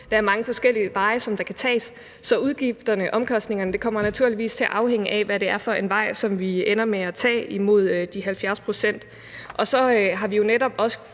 Der er mange forskellige veje, som kan tages. Så udgifterne, omkostningerne kommer naturligvis til at afhænge af, hvad det er for en vej, som vi ender med at tage imod de 70 pct. Og så har vi jo netop også